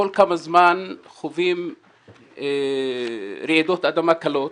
זמן מה אנחנו חווים רעידות אדמה קלות